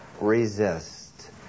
resist